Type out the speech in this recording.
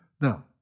Now